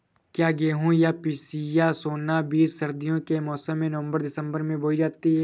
क्या गेहूँ या पिसिया सोना बीज सर्दियों के मौसम में नवम्बर दिसम्बर में बोई जाती है?